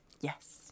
Yes